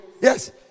Yes